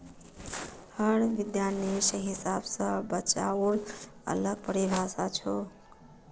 हर विद्वानेर हिसाब स बचाउर अलग परिभाषा छोक